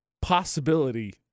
possibility